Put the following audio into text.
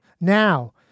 Now